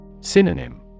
Synonym